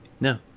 No